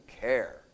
care